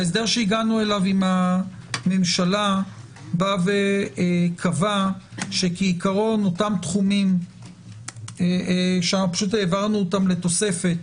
ההסדר שהגענו אליו עם הממשלה קבע שאותם תחומים שהעברנו אותם לתוספת